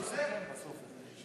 בזה אתה צודק.